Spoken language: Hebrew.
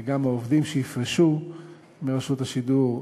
וגם העובדים שיפרשו מרשות השידור,